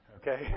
Okay